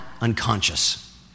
unconscious